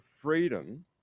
freedom